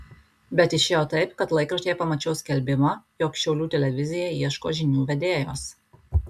bet išėjo taip kad laikraštyje pamačiau skelbimą jog šiaulių televizija ieško žinių vedėjos